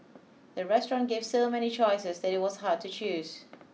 the restaurant gave so many choices that it was hard to choose